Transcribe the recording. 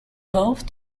both